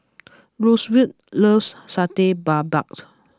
Roosevelt loves Satay Babat